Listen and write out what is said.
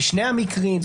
בשני המקרים?